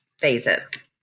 phases